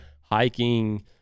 hiking